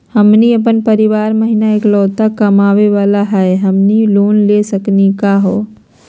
हमनी के अपन परीवार महिना एकलौता कमावे वाला हई, हमनी के लोन ले सकली का हो?